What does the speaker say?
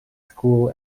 school